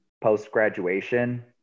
post-graduation